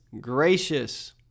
gracious